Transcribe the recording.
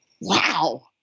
Wow